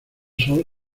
sol